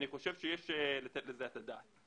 אני חושב שיש לתת לזה את הדעת.